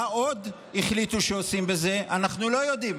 מה עוד החליטו שעושים בזה, אנחנו לא יודעים.